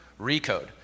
recode